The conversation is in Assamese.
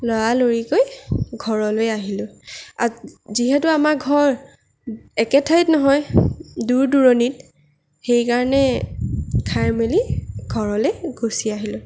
লৰালৰিকৈ ঘৰলৈ আহিলোঁ আক যিহেতু আমাৰ ঘৰ একে ঠাইত নহয় দূৰ দূৰণিত সেইকাৰণে খাই মেলি ঘৰলৈ গুচি আহিলোঁ